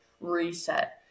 reset